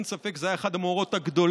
אין ספק שזה היה אחד המאורעות הגדולים,